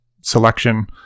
selection